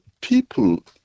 people